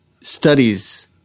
studies